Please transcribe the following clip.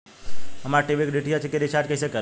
हमार टी.वी के डी.टी.एच के रीचार्ज कईसे करेम?